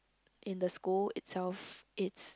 in the school itself it's